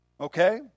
Okay